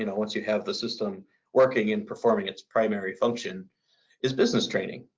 you know once you have the system working and performing its primary function is business training.